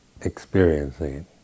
experiencing